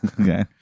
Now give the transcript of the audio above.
Okay